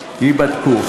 ייבדקו.